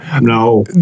no